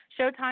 showtime